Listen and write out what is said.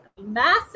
massive